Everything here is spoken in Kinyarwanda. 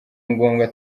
ngombwa